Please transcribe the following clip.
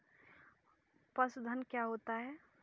पशुधन क्या होता है?